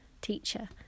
teacher